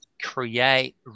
create